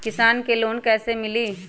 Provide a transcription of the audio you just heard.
किसान के लोन कैसे मिली?